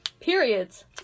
periods